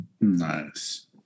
Nice